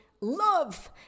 love